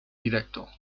directo